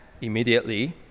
Immediately